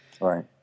Right